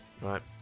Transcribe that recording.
Right